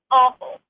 awful